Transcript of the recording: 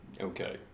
Okay